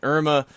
Irma